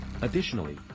Additionally